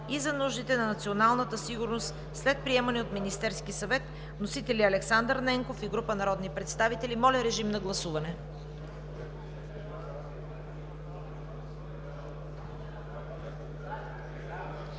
и за нуждите на националната сигурност след приемане от Министерския съвет. Вносители: Александър Ненков и група народни представители.“ Моля, режим на гласуване.